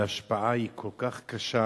וההשפעה היא כל כך קשה,